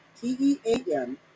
T-E-A-M